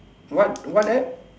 what what App